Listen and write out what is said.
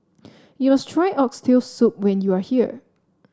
you must try Oxtail Soup when you are here